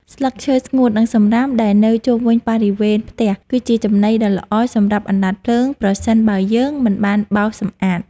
ស្លឹកឈើស្ងួត និងសំរាមដែលនៅជុំវិញបរិវេណផ្ទះ គឺជាចំណីដ៏ល្អសម្រាប់អណ្តាតភ្លើងប្រសិនបើយើងមិនបានបោសសម្អាត។